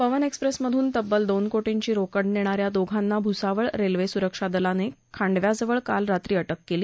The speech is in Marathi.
पवन एक्स्प्रेसमधून तब्बल दोन कोटींची रोकड नेणाऱ्या दोघांना भूसावळ रेल्वे सुरक्षा दलाने खंडव्याजवळ काल रात्री अटक केली